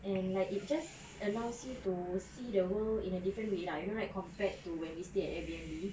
and like it just allows you to see the world in a different way lah you know right compared to when we stay at airbnb